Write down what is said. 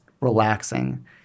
relaxing